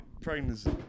Pregnancy